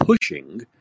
pushing